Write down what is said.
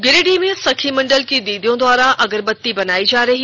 गिरिडीह में सखी मंडल की दीदियों द्वारा अगरबत्ती बनाई जा रही